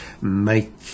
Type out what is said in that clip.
make